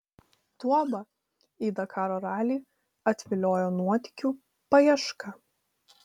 duobą į dakaro ralį atviliojo nuotykių paieška